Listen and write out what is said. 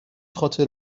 خاطر